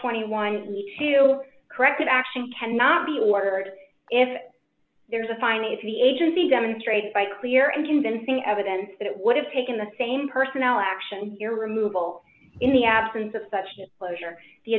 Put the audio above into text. twenty one dollars the two corrective action cannot be ordered if there is a fine if the agency demonstrated by clear and convincing evidence that it would have taken the same personnel action here removal in the absence of such a closure the